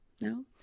No